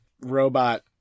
robot